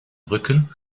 rücken